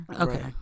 Okay